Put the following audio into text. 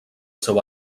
seu